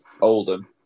Oldham